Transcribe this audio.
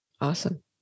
Awesome